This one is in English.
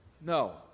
No